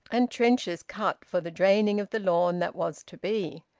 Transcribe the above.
and trenches cut for the draining of the lawn that was to be.